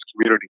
community